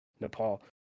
Nepal